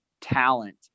talent